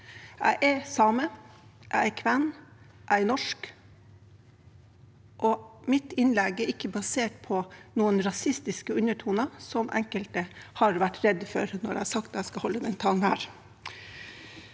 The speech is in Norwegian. Jeg er same, jeg er kven, og jeg er norsk, og mitt innlegg er ikke basert på rasistiske undertoner – som enkelte har vært redde for når jeg har sagt at jeg skal holde denne talen.